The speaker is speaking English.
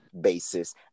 basis